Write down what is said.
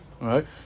right